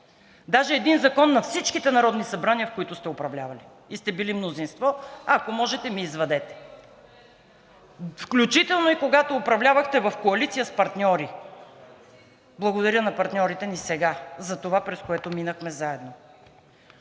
Даже един закон на всичките народни събрания, в които сте управлявали и сте били мнозинство, ако можете, ми извадете, включително и когато управлявахте в коалиция с партньори. Благодаря на партньорите ни сега за това, през което минахме заедно.